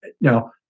Now